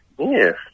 yes